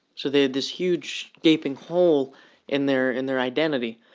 so they had this huge gaping hole in their in their identity.